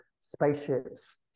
spaceships